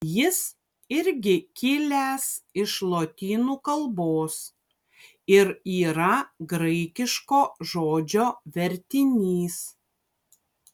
jis irgi kilęs iš lotynų kalbos ir yra graikiško žodžio vertinys